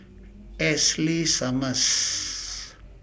Ashley Summers